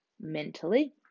mentally